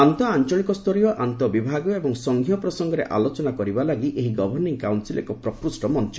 ଆନ୍ତଃ ଆଞ୍ଚଳିକସ୍ତରୀୟ ଆନ୍ତଃ ବିଭାଗୀୟ ଏବଂ ସଂଘୀୟ ପ୍ରସଙ୍ଗରେ ଆଲୋଚନା କରିବା ଲାଗି ଏହି ଗଭର୍ଷିଂ କାଉନ୍ସିଲ୍ ଏକ ପ୍ରକୃଷ୍ ମଞ୍ଚ